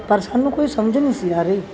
ਪਰ ਸਾਨੂੰ ਕੋਈ ਸਮਝ ਨਹੀਂ ਸੀ ਆ ਰਹੀ